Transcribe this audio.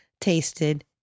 tasted